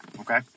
Okay